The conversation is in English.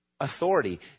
Authority